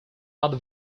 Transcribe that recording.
other